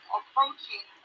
approaching